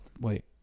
Wait